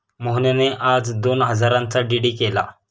मोहनने आज दोन हजारांचा डी.डी केला